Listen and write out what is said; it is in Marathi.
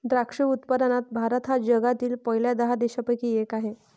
द्राक्ष उत्पादनात भारत हा जगातील पहिल्या दहा देशांपैकी एक आहे